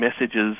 messages